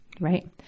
right